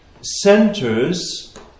centers